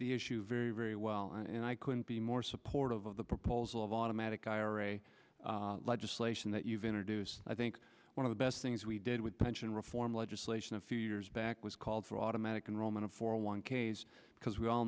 the issue very very well and i couldn't be more supportive of the proposal of automatic ira legislation that you've introduced i think one of the best things we did with pension reform legislation a few years back was called for automatic enrollment of four one k s because we all